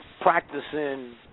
Practicing